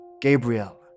Gabriel